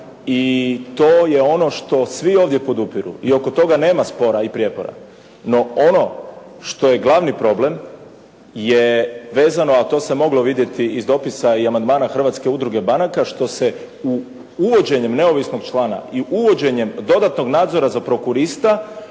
i to je ono što svi ovdje podupiru i oko toga nema spora i prijepora. No, ono što je glavni problem je vezano, a to se moglo vidjeti iz dopisa i amandmana Hrvatske udruge banaka što se uvođenjem neovisnog člana i uvođenjem dodatnog nadzora za prokurista